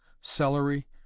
celery